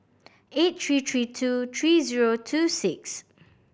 eight three three two three zero two six